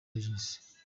regis